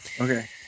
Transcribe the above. Okay